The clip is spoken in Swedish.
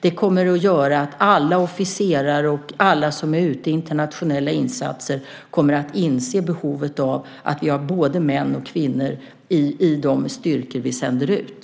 Det kommer att göra att alla officerare och alla som är ute i internationella insatser inser behovet av att ha både män och kvinnor i de styrkor vi sänder ut.